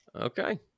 Okay